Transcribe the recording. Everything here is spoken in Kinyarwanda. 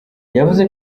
yavuze